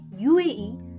UAE